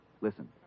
listen